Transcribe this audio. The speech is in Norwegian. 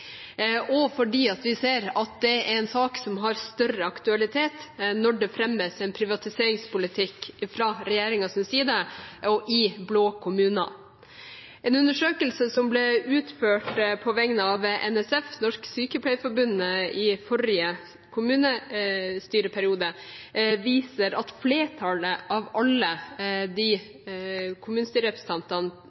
og fordi vi ser at det er en sak som har større aktualitet når det fremmes en privatiseringspolitikk fra regjeringens side i blå kommuner. En undersøkelse som ble utført på vegne av NSF, Norsk Sykepleierforbund, i forrige kommunestyreperiode, viser at flertallet av alle